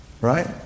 right